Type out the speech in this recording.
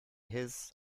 his